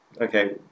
okay